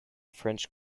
french